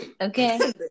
Okay